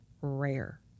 rare